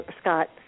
Scott